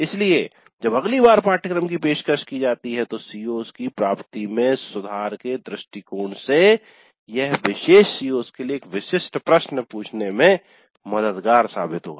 इसलिए जब अगली बार पाठ्यक्रम की पेशकश की जाती है तो CO's की प्राप्ति में सुधार के दृष्टिकोण से यह विशेष CO's के लिए विशिष्ट प्रश्न पूछने में मददगार होगा